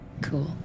Cool